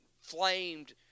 flamed